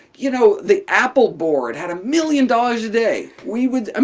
you know, the apple board had a million dollars a day, we would, um